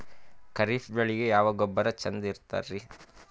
ಖರೀಪ್ ಬೇಳಿಗೆ ಯಾವ ಗೊಬ್ಬರ ಚಂದ್ ಇರತದ್ರಿ?